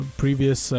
previous